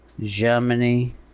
Germany